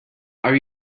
are